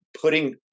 putting